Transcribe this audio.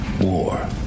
War